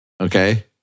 Okay